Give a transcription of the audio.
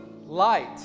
light